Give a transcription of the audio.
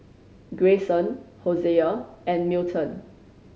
Grayson Hosea and Milton